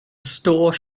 store